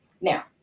Now